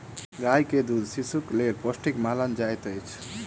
गाय के दूध शिशुक लेल पौष्टिक मानल जाइत अछि